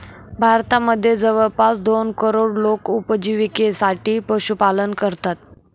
भारतामध्ये जवळपास दोन करोड लोक उपजिविकेसाठी पशुपालन करतात